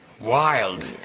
Wild